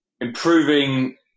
improving